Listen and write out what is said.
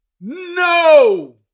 No